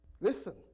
listen